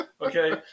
Okay